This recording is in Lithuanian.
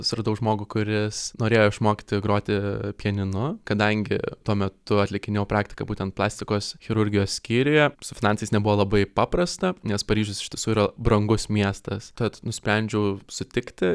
suradau žmogų kuris norėjo išmokti groti pianinu kadangi tuo metu atlikinėjau praktiką būtent plastikos chirurgijos skyriuje su finansais nebuvo labai paprasta nes paryžius iš tiesų yra brangus miestas tad nusprendžiau sutikti